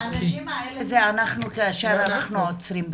האנשים האלה זה אנחנו כאשר אנחנו עוצרים במתים.